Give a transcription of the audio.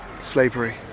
slavery